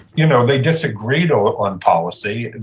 you know they disagreed on policy, and